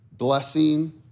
blessing